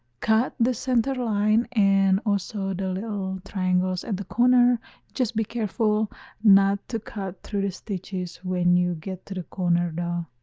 cut the center line and also the little triangles at the corner just be careful not to cut through the stitches when you get to the corner though